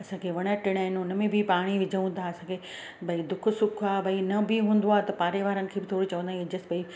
असांखे वण टिण आहिनि हिन में बि पाणी विझूं था असांखे भई दुखु सुखु आहे भई न बि हूंदो आहे त पाड़े वारनि खे बि थोरी चवंदा आहियूं विझोसि भई